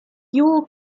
pure